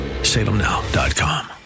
Salemnow.com